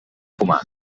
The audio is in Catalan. fumar